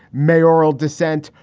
mayoral dissent.